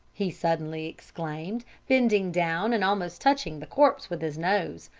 he suddenly exclaimed, bending down and almost touching the corpse with his nose,